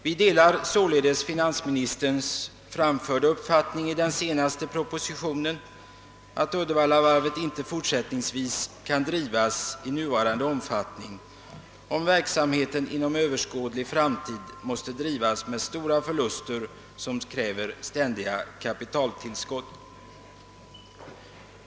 Vi delar således finansministerns i den senaste propositionen framförda uppfattning, att Uddevallavarvet inte fortsättningsvis kan upprätthållas i nuvarande omfattning, om verksamheten inom överskådlig framtid måste drivas med stora förluster som kräver ständiga kapitaltillskott.